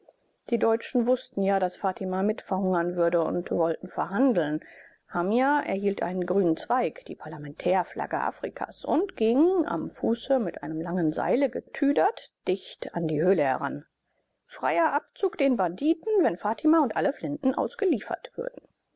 die deutschen wußten ja daß fatima mitverhungern würde und wollten verhandeln hamia erhielt einen grünen zweig die parlamentärflagge afrikas und ging am fuße mit einem langen seil getüdert dicht an die höhle heran freier abzug den banditen wenn fatima und alle flinten ausgeliefert würden